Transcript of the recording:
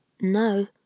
No